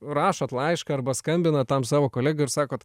rašot laišką arba skambinat tam savo kolegai ir sakot